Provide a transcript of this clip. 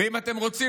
ואם אתם רוצים,